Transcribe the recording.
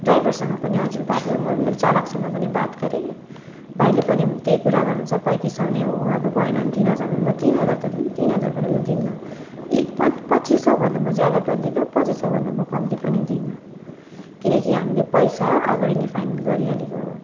ड्राइभरसँग पनि हजुरले बात गर चालकसँग पनि बात गरेँ भाइले पनि त्यहीँ कुरा गर्नुहुन्छ पैँतिस सौ नै हो अब भएन भने तिन हजार म तिन हजार त तिन हजार पनि म दिन्नँ एक पच्चिस सौभन्दा म ज्यादा पनि दिन्नँ पच्चिस सौभन्दा म कम्ती पनि दिन्नँ किनकि हामीले पैसा अगाडि नै फाइनल गरिहालेको हो